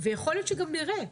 יכול להיות שגם נראה.